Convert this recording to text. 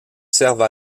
servent